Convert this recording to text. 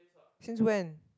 since when